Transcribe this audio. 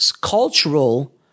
cultural